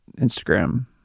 instagram